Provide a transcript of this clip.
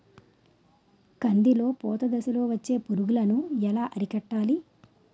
కందిలో పూత దశలో వచ్చే పురుగును ఎలా అరికట్టాలి?